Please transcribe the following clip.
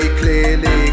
clearly